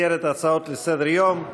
במסגרת הצעות לסדר-היום מס'